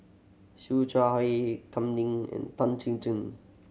Siew Shaw Her Kam Ning and Tan Chin Chin